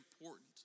important